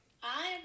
Hi